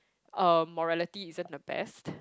uh morality isn't the best